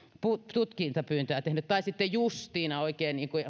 tutkintapyyntöä tehdä tai sitten justiina oikein niin kuin